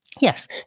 Yes